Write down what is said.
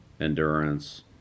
endurance